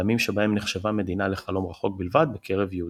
בימים שבהם נחשבה מדינה לחלום רחוק בלבד בקרב יהודים.